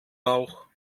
bauch